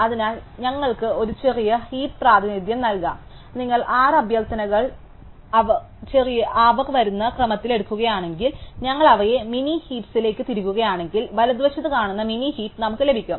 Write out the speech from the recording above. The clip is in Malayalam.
അതിനാൽ ഞങ്ങൾക്ക് ഒരു ചെറിയ ഹീപ് പ്രാതിനിധ്യം നൽകാം നിങ്ങൾ 6 അഭ്യർത്ഥനകൾ അവർ വരുന്ന ക്രമത്തിൽ എടുക്കുകയാണെങ്കിൽ ഞങ്ങൾ അവയെ മിനി ഹീപ്സിലേക് തിരുകുകയാണെങ്കിൽ വലതുവശത്ത് കാണുന്ന മിനി ഹീപ് നമുക്ക് ലഭിക്കും